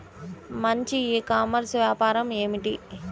మంచి e commerce వ్యాపారం ఏమిటీ?